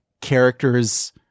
characters